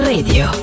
Radio